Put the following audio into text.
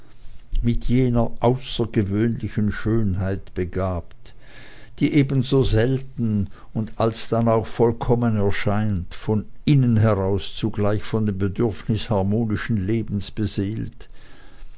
mit jener außergewöhnlichen schönheit begabt die ebenso selten als dann auch vollkommen erscheint von innen heraus zugleich von dem bedürfnis harmonischen